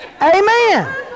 Amen